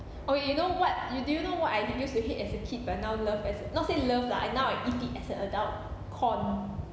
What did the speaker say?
oh you know what you do you know what I used to hate as a kid but now love as not say love lah but now I eat it as an adult corn